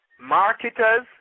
marketers